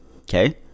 Okay